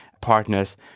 partners